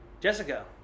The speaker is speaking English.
Jessica